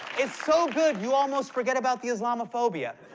it's so good you almost forget about the islamophobia.